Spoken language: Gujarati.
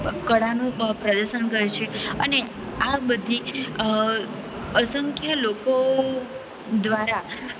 કળાનું પ્રદર્શન કરે છે અને આ બધી અસંખ્ય લોકો દ્વારા